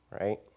right